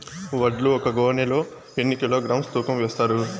వడ్లు ఒక గోనె లో ఎన్ని కిలోగ్రామ్స్ తూకం వేస్తారు?